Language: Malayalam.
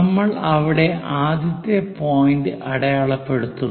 നമ്മൾ അവിടെ ആദ്യത്തെ പോയിന്റ് അടയാളപ്പെടുത്തുന്നു